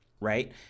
right